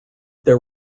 there